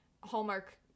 Hallmark